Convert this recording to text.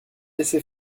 laissé